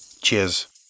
Cheers